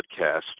podcast